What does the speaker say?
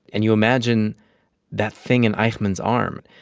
and you imagine that thing in eichmann's arm.